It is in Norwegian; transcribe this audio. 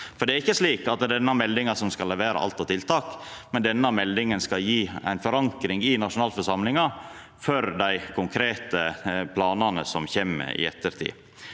Det er ikkje slik at denne meldinga skal levera alt av tiltak, men ho skal gje ei forankring i nasjonalforsamlinga for dei konkrete planane som kjem i ettertid.